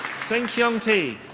sing kiong tie.